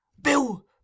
Bill